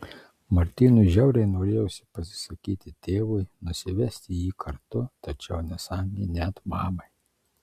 martynui žiauriai norėjosi pasisakyti tėvui nusivesti jį kartu tačiau nesakė net mamai